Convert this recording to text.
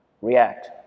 react